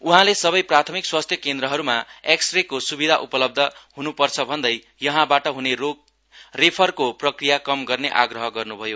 उहाँले सबै प्राथमिक स्वास्थ्य केन्द्रहरूमा एक्स् रे को स्विधा उपलब्ध ह्नुपर्छ भन्दै यहाँबाट हने रेफरको प्रकिया कम गर्ने आग्रह गर्न् भयो